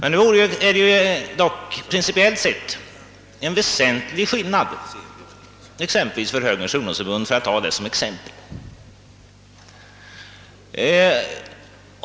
Nu är det dock principiellt sett en väsentlig skillnad mellan detta och exempelvis Högerns ungdomsförbunds inställning i den fråga det här gäller.